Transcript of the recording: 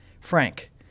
Frank